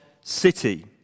city